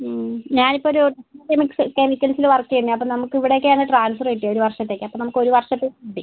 ഞാനിപ്പോൾ ഒരു ടെക്നോ കെമിക്കൽസിൽ വർക്ക് ചെയ്യുന്നതാണ് അപ്പോൾ നമുക്കിവിടേക്കാണ് ട്രാൻസ്ഫർ കിട്ടിയത് ഒരു വർഷത്തേക്ക് അപ്പോൾ നമുക്ക് ഒരു വർഷത്തേക്ക് മതി